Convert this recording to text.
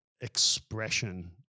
expression